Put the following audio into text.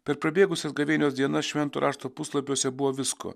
per prabėgusias gavėnios dienas švento rašto puslapiuose buvo visko